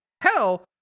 hell